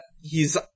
he's-